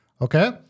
Okay